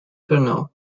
colonel